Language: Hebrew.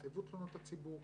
נציבות תלונות הציבור.